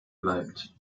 bleibt